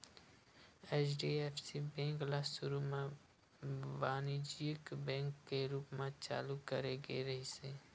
HDFC bank ल सुरू म बानिज्यिक बेंक के रूप म चालू करे गे रिहिस हे